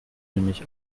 nämlich